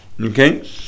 okay